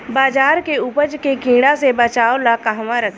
बाजरा के उपज के कीड़ा से बचाव ला कहवा रखीं?